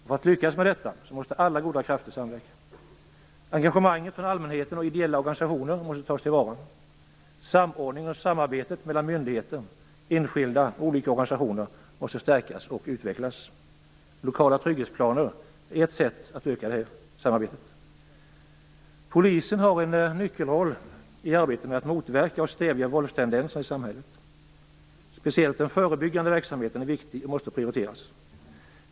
För att lyckas med detta måste alla goda krafter samverka. Engagemanget från allmänheten och ideella organisationer måste tas till vara. Samordning och samarbete mellan myndigheter, enskilda och olika organisationer måste stärkas och utvecklas. Lokala trygghetsplaner är ett sätt att öka samarbetet. Polisen har en nyckelroll i arbetet med att motverka och stävja våldstendenserna i samhället. Speciellt den förebyggande verksamheten är viktig och måste prioriteras.